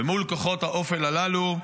ומול כוחות האופל הללו,